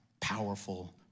powerful